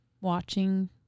watching